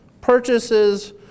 purchases